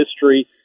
history